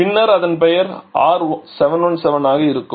பின்னர் அதன் பெயர் R717 ஆக இருக்கும்